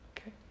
Okay